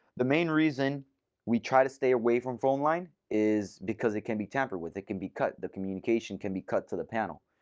the main reason we try to stay away from phone line is because it can be tampered with. it can be cut. the communication can be cut to the panel.